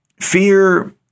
Fear